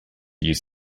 use